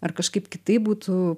ar kažkaip kitaip būtų